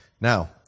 now